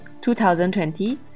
2020